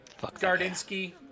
gardinsky